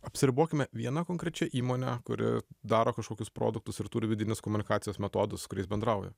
apsiribokime viena konkrečia įmone kuri daro kažkokius produktus ir turi vidinės komunikacijos metodus kuriais bendrauja